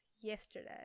yesterday